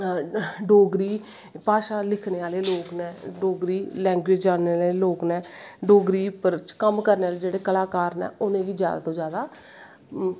डोगरी भाशा लिखनें आह्ले लोग नै डोगरी लैंग्वेज़ जानने आह्ले लोग नै डोगरी पर जेह्ड़े कम्म करनें आह्ले लोग नै उनेंगी जादा तो जादा